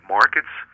markets